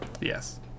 Yes